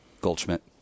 Goldschmidt